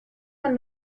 man